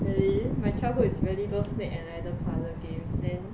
really my childhood is really those snake and either pilot games then